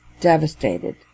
devastated